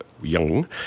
young